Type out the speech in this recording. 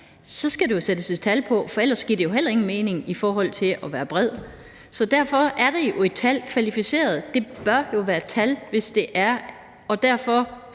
så skal der jo sættes et tal på, for ellers giver det heller ingen mening i forhold til at være bred. Så derfor er det jo et tal. Kvalificeret bør jo være et tal, hvis det er sådan. Derfor